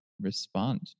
respond